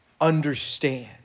understand